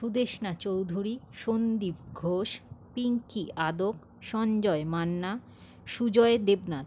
Sudeshna Chowdhury Sandip Ghosh Pinki Adak Sanjay Manna Sujay Debnath